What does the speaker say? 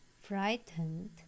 frightened